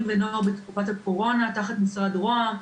ונוער בתקופת הקורונה תחת משרד רוה"מ,